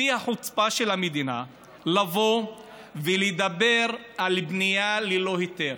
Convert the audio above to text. שיא החוצפה של המדינה לבוא ולדבר על בנייה ללא היתר.